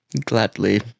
Gladly